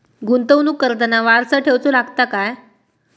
गुंतवणूक करताना वारसा ठेवचो लागता काय?